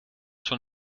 schon